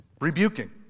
rebuking